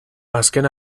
azken